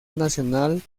nacional